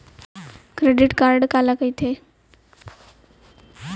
Credit card काला कहिथे?